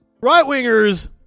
Right-wingers